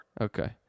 Okay